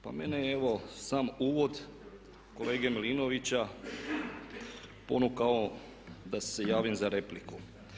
Pa mene evo sam uvod kolege Milinovića ponukao da se javim za repliku.